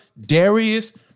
Darius